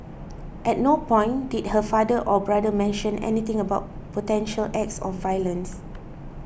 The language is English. at no point did her father or brother mention anything about potential acts of violence